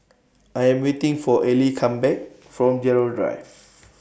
I Am waiting For Allie Come Back from Gerald Drive